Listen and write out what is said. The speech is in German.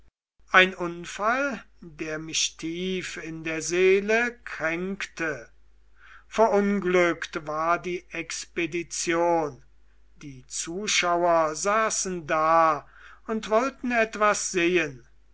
ein unfall der mich tief in der seele kränkte verunglückt war die expedition die zuschauer saßen da und wollten etwas sehen